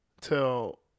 till